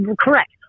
Correct